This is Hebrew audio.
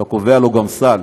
אתה קובע לו גם סל,